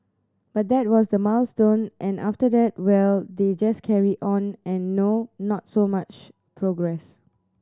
but that was the milestone and after that well they just carry on and no not so much progress